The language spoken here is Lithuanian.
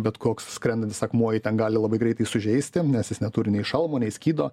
bet koks skrendantis akmuo jį ten gali labai greitai sužeisti nes jis neturi nei šalmo nei skydo